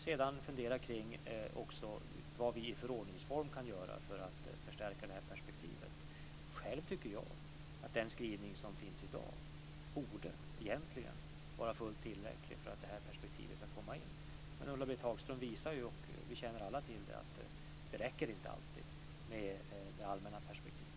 Sedan får vi också fundera på vad vi i förordningsform kan göra för att förstärka detta perspektiv. Själv tycker jag att den skrivning som finns i dag egentligen borde vara fullt tillräcklig för att detta perspektiv ska komma in. Men Ulla-Britt Hagström visar, vilket vi alla känner till, att det inte alltid räcker med det allmänna perspektivet.